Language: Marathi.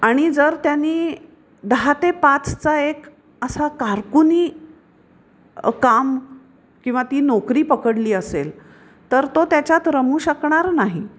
आणि जर त्यांने दहा ते पाचचा एक असा कारकुनी काम किंवा ती नोकरी पकडली असेल तर तो त्याच्यात रमू शकणार नाही